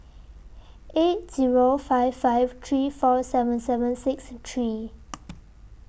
eight Zero five five three four seven seven six three